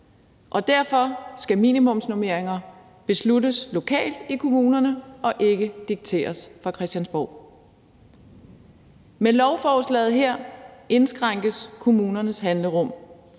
Derfor skal minimumsnormeringer besluttes lokalt i kommunerne og ikke dikteres fra Christiansborg. Med lovforslaget her indskrænkes kommunernes handlerum,